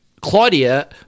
Claudia